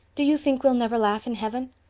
do you think we'll never laugh in heaven?